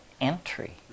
entry